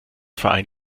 verein